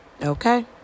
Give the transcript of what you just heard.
Okay